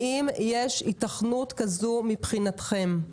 האם יש היתכנות כזו מבחינתכם?